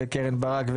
קרן ברק,